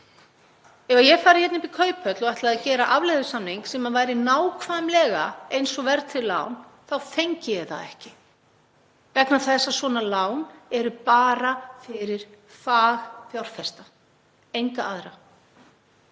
Ef ég færi upp í Kauphöll og ætlaði að gera afleiðusamning sem væri nákvæmlega eins og verðtryggð lán þá fengi ég það ekki vegna þess að slík lán eru bara fyrir fagfjárfesta, enga aðra,